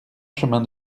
chemin